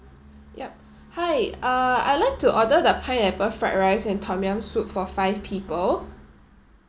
yup hi uh I'd like to order the pineapple fried rice and tom yam soup for five people